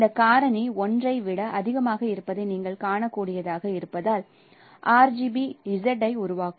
இந்த காரணி 1 ஐ விட அதிகமாக இருப்பதை நீங்கள் காணக்கூடியதாக இருப்பதால் RGB Z ஐ உருவாக்கும்